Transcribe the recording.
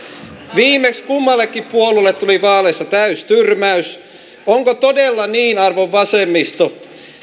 viimeksi kummallekin puolueelle tuli vaaleissa täystyrmäys onko todella niin arvon vasemmisto